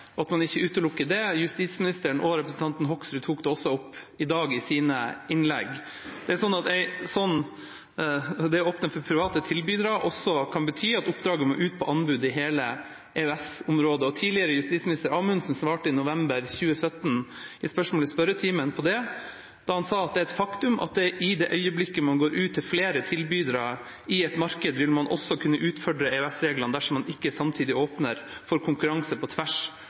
og at man ikke utelukker det. Justisministeren og representanten Hoksrud tok det også opp i dag i sine innlegg. Det er slik at det å åpne for private tilbydere også kan bety at oppdraget må ut på anbud i hele EØS-området, og tidligere justisminister Amundsen svarte i november 2017 på det i spørsmål i spørretimen. Da sa han at det er et faktum at «i det øyeblikket man går ut til flere tilbydere i et marked, vil man også kunne utfordre EØS-reglene dersom man ikke samtidig åpner for konkurranse på tvers